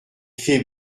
fait